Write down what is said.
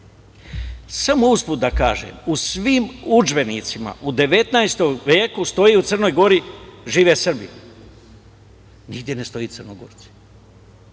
Samo usput da kažem, u svim udžbenicima u 19. veku stoji u Crnoj Gori žive Srbi. Nigde ne stoji – Crnogorci.I